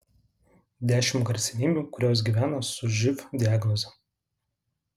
dešimt garsenybių kurios gyvena su živ diagnoze